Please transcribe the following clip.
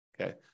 okay